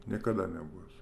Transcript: niekada nebus